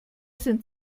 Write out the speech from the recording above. sind